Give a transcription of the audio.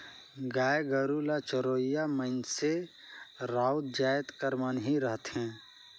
गाय गरू ल चरोइया मइनसे राउत जाएत कर मन ही रहथें